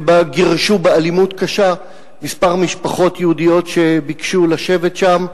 שבה גירשו באלימות קשה כמה משפחות יהודיות שביקשו לשבת שם.